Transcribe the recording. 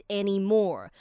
anymore